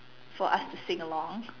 for us to sing along